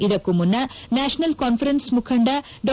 ಇದಕ್ಕೂ ಮುನ್ನ national conference ಮುಖಂಡ ಡಾ